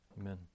Amen